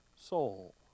soul